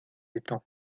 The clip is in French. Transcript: étangs